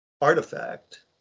artifact